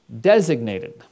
Designated